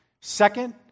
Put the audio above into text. Second